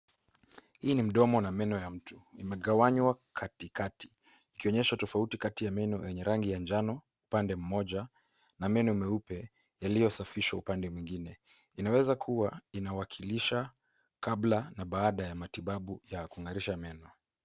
Hii ni mdomo na meno ya mtu. Imegawanywa katikati ikionyesha tofauti kati ya meno yenye rangi ya njano upande mmoja, na meno meupe yaliyosafishwa upande mwingine. Inaweza kuwa inawakilisha kabla na baada ya matibabu ya kung'arisha meno.